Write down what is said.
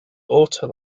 auto